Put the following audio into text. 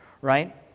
right